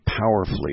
powerfully